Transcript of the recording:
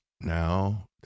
now